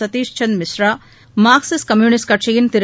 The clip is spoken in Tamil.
சதீஷ் சந்த் மிஸ்ரா மார்க்சிஸ்ட் கம்யூனிஸ்ட் கட்சியின் திரு